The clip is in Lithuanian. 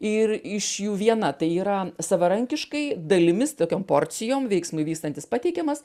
ir iš jų viena tai yra savarankiškai dalimis tokiom porcijom veiksmui vystantis pateikiamas